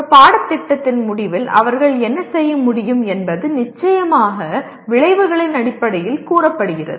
ஒரு பாடத்திட்டத்தின் முடிவில் அவர்கள் என்ன செய்ய முடியும் என்பது நிச்சயமாக விளைவுகளின் அடிப்படையில் கூறப்படுகிறது